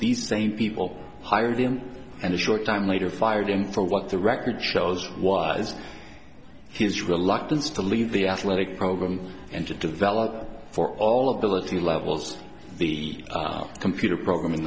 these same people hired him and a short time later fired him for what the record shows was his reluctance to leave the athletic program and to develop for all of the of the levels the computer programmin